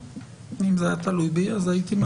אם זה היה תלוי בי, הייתי מעלה.